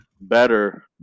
better